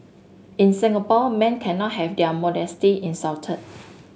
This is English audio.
in Singapore men cannot have their modesty insulted